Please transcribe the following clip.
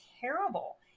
terrible